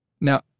Now